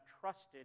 trusted